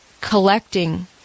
collecting